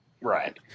Right